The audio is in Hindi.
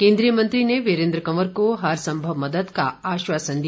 केन्द्रीय मंत्री ने वीरेन्द्र कंवर को हर संभव मदद का आश्वासन दिया